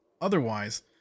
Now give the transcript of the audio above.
otherwise